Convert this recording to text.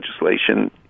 legislation